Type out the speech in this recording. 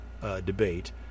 debate